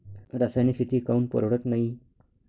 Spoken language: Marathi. रासायनिक शेती काऊन परवडत नाई?